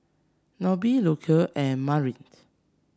Nobie Lucile and Maureen